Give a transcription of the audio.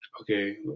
okay